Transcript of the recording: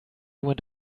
went